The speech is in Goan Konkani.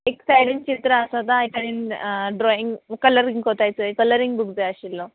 एक सायडीन चित्र आसा तो एकडेन ड्रॉइंग कलरींग कोतायचो कलरींग बूक जाय आशिल्लो